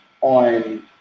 on